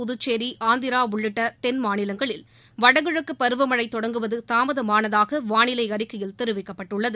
புதுச்சேரி ஆந்திரா உள்ளிட்ட கென் மாநிலங்களில் வடகிழக்கு பருவ மழை தொடங்குவது தாமதமானதாக வாளிலை அறிக்கையில் தெரிவிக்கப்பட்டுள்ளது